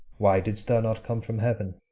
why, didst thou not come from heaven?